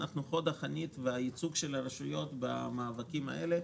אנחנו חוד החנית והייצוג של הרשויות במאבקים האלה,